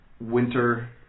winter